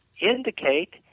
indicate